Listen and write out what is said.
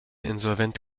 insolvent